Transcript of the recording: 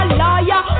liar